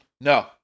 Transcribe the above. No